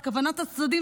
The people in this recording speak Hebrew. את כוונת הצדדים.